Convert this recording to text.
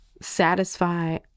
satisfy